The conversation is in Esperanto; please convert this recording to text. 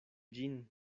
ĝin